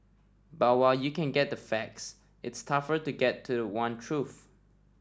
but while you can get the facts it's tougher to get to the one truth